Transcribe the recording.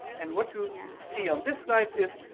and what you see on this slide is